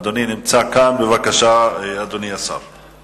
בטבת התש"ע (23 בדצמבר 2009): בישראל מומתים באכזריות כ-4